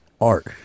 art